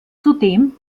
zudem